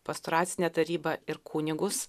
pastoracinę tarybą ir kunigus